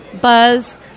buzz